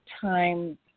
time